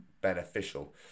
beneficial